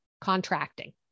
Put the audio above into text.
contracting